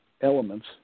elements